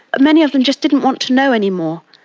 many of them just didn't want to know any more,